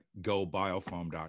gobiofoam.com